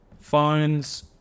phones